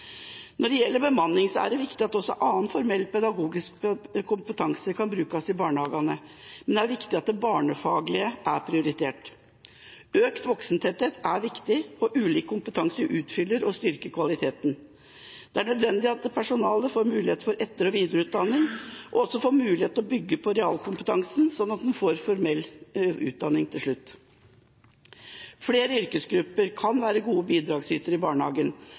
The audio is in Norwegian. Når det gjelder bemanning, er det viktig at også annen formell pedagogisk kompetanse kan brukes i barnehagene. Men det er viktig at det barnefaglige er prioritert. Økt voksentetthet er viktig, og ulik kompetanse utfyller og styrker kvaliteten. Det er nødvendig at personalet får mulighet til etter- og videreutdanning, og også får mulighet til å bygge på realkompetansen sånn at en får formell utdanning til slutt. Flere yrkesgrupper kan være gode bidragsytere i barnehagen,